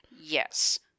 Yes